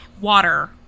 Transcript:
water